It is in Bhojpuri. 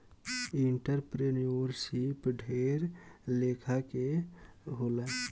एंटरप्रेन्योरशिप ढेर लेखा के होला